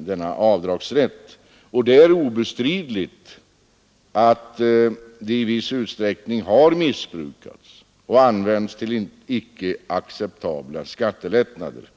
denna avdragsrätt, och det är obestridligt att den i viss utsträckning har missbrukats och använts till icke acceptabla skattelättnader.